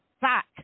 back